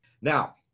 Now